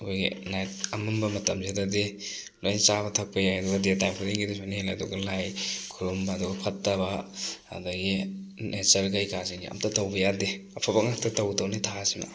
ꯑꯩꯈꯣꯏꯒꯤ ꯅꯥꯏꯠ ꯑꯃꯝꯕ ꯃꯇꯝꯁꯤꯗꯗꯤ ꯂꯣꯏ ꯆꯥꯕ ꯊꯛꯄ ꯌꯥꯏ ꯑꯗꯨꯒ ꯗꯦ ꯇꯥꯏꯝ ꯈꯨꯗꯤꯡꯒꯤꯗꯤ ꯁꯨꯃꯥꯏꯅ ꯍꯦꯜꯂꯦ ꯑꯗꯨꯒ ꯂꯥꯏ ꯈꯨꯔꯨꯝꯕ ꯑꯗꯨꯒ ꯐꯠꯇꯕ ꯑꯗꯒꯤ ꯅꯦꯆꯔ ꯀꯩꯀꯥꯁꯤꯡꯁꯦ ꯑꯝꯇ ꯇꯧꯕ ꯌꯥꯗꯦ ꯑꯐꯕ ꯉꯥꯛꯇ ꯇꯧꯒꯗꯧꯅꯦ ꯊꯥꯁꯤꯃ